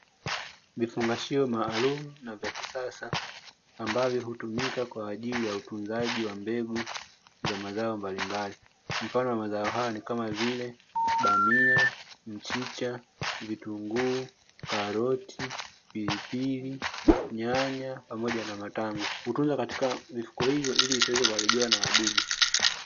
Vifungashio maalum na vya kisasa ambavyo hutumika kwa ajili ya utunzaji wa mbegu za mazao mbalimbali, mfano wa mazao hayo ni kama vile bamia, mchicha, vitunguu, karoti, pilipili nyanya pamoja na matango kutunza katika mifuko hiyo ili isiweze kuharibiwa na wadudu.